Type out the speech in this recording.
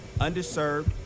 underserved